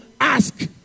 ask